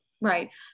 Right